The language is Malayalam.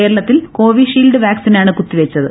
കേരളത്തിൽ കോവിഷീൽഡ് വാക്സിനാണ് കുത്തിവെച്ചത്